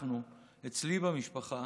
אנחנו, אצלי במשפחה,